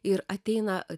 ir ateina